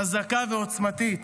חזקה ועוצמתית,